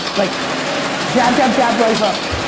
like jab, jab, jab, right hook,